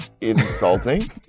insulting